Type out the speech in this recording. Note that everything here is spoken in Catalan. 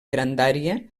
grandària